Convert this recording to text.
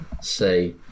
say